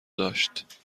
داشت